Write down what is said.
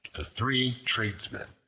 three tradesmen